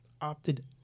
opted